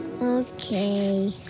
Okay